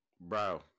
bro